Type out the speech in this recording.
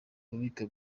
ububiko